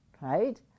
right